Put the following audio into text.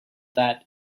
that